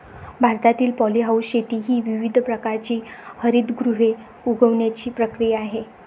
भारतातील पॉलीहाऊस शेती ही विविध प्रकारची हरितगृहे उगवण्याची प्रक्रिया आहे